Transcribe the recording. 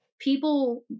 people